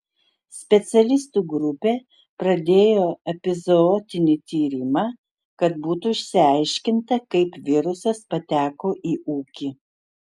specialistų grupė pradėjo epizootinį tyrimą kad būtų išsiaiškinta kaip virusas pateko į ūkį